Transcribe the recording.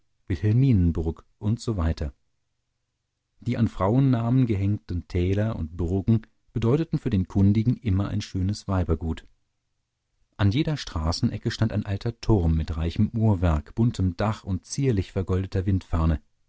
usw die an frauennamen gehängten täler und burgen bedeuteten für den kundigen immer ein schönes weibergut gottfried keller an jeder straßenecke stand ein alter turm mit reichem uhrwerk buntem dach und zierlich vergoldeter